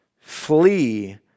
flee